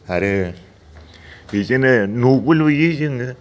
आरो बेजोंनो न'बो लुयो जोङो